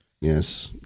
yes